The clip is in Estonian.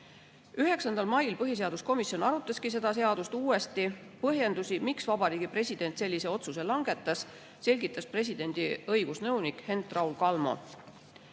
mail põhiseaduskomisjon arutas seda seadust uuesti. Põhjendusi, miks Vabariigi President sellise otsuse langetas, selgitas presidendi õigusnõunik Hent-Raul Kalmo.